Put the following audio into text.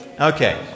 Okay